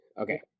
Okay